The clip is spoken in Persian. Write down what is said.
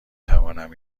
توانم